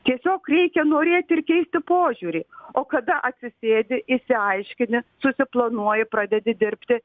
tiesiog reikia norėti ir keisti požiūrį o kada atsisėdi išsiaiškini susiplanuoji pradedi dirbti